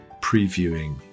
previewing